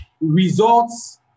Results